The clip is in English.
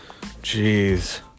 Jeez